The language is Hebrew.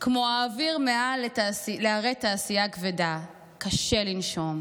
כמו האוויר מעל ערי תעשייה כבדה / קשה לנשום".